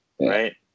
right